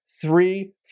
three